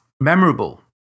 memorable